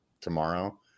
tomorrow